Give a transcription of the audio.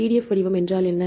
PDF வடிவம் என்றால் என்ன